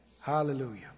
Hallelujah